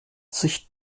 sich